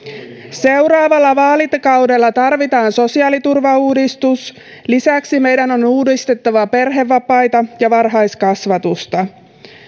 seuraavalla vaalikaudella tarvitaan sosiaaliturvauudistus lisäksi meidän on uudistettava perhevapaita ja varhaiskasvatusta